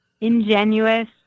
Ingenuous